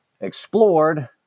explored